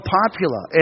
popular